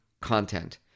content